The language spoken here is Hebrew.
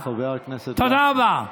תודה רבה.